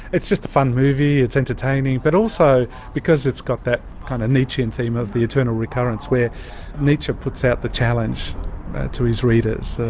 it's just a fun movie, it's entertaining, but also because it's got that kind of nietzschean theme of the eternal recurrence, where nietzsche puts out the challenge to his readers,